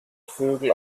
vögel